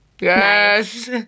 Yes